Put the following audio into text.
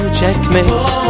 checkmate